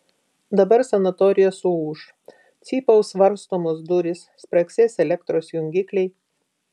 dabar sanatorija suūš cypaus varstomos durys spragsės elektros jungikliai